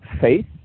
faith